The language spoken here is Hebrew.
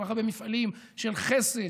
כל כך הרבה מפעלים של חסד,